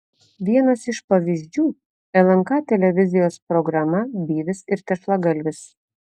vienas iš pavyzdžių lnk televizijos programa byvis ir tešlagalvis